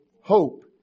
hope